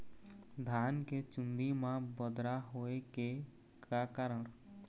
धान के चुन्दी मा बदरा होय के का कारण?